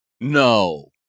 No